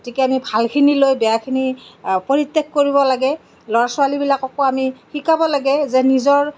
গতিকে আমি ভালখিনি লৈ বেয়াখিনি পৰিত্যাগ কৰিব লাগে ল'ৰা ছোৱালীবিলাককো আমি শিকাব লাগে যে নিজৰ